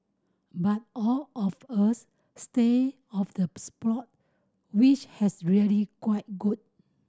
but all of us stay of the plot which has really quite good